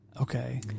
Okay